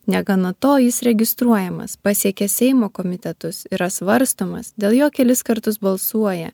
negana to jis registruojamas pasiekia seimo komitetus yra svarstomas dėl jo kelis kartus balsuoja